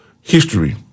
history